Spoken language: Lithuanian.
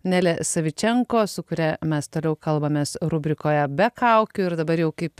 nelė savičenko su kuria mes toliau kalbamės rubrikoje be kaukių ir dabar jau kaip